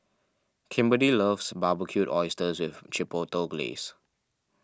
Kimberly loves Barbecued Oysters with Chipotle Glaze